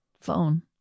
phone